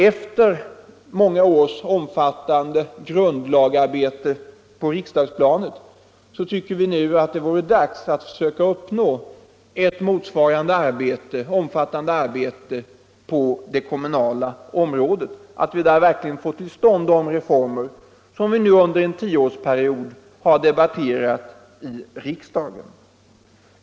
Efter många års omfattande grundlagsarbete på riksplanet tycker vi att det nu vore dags att söka uppnå ett motsvarande arbete på det kommunala området och att vi där verkligen får till stånd de reformer som vi nu under en tioårsperiod har debatterat i riksdagen.